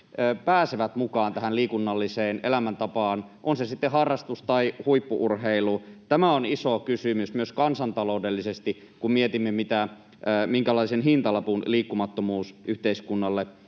pääsevät mukaan liikunnalliseen elämäntapaan, on se sitten harrastus tai huippu-urheilu. Tämä on iso kysymys myös kansantaloudellisesti, kun mietimme, minkälaisen hintalapun liikkumattomuus yhteiskunnalle